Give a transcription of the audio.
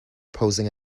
posing